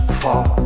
fall